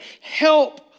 help